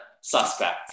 suspect